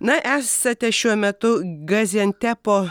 na esate šiuo metu gaziantepo